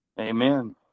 Amen